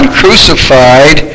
crucified